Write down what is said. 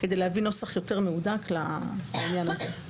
כדי להביא נוסח יותר מהודק לעניין הזה.